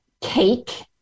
cake